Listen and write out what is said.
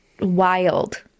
wild